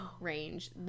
range